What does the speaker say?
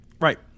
Right